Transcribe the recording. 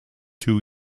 two